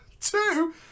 Two